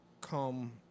come